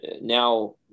now